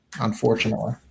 unfortunately